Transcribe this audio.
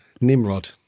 nimrod